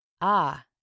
Ah